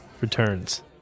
returns